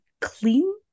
clean